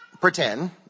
pretend